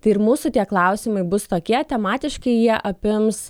tai ir mūsų tie klausimai bus tokie tematiški jie apims